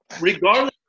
regardless